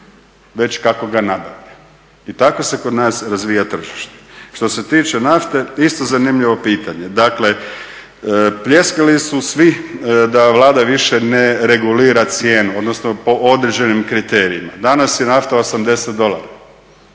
već kako ga nabavlja i tako se kod nas razvija tržište. Što se tiče nafte isto zanimljivo pitanje. Dakle pljeskali su svi da Vlada više ne regulira cijenu, odnosno po određenim kriterijima. Danas je nafta 80 dolara.